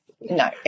No